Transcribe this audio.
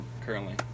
currently